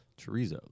Chorizo